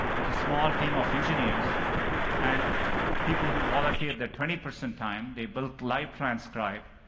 with a small team of engineers and people who volunteered their twenty percent time, they built live transcribe.